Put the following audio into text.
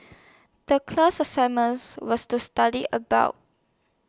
The class assignments was to study about